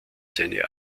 seine